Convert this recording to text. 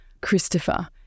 Christopher